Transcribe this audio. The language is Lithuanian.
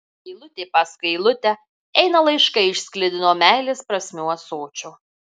eilutė paskui eilutę eina laiškai iš sklidino meilės prasmių ąsočio